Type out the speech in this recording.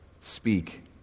speak